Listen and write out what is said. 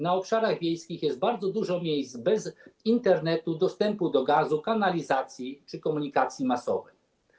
Na obszarach wiejskich jest bardzo dużo miejsc bez Internetu, dostępu do gazu, kanalizacji czy komunikacji masowej.